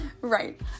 Right